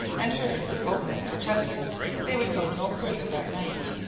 and heard the boatmen protesting they would go no further that night.